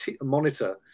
monitor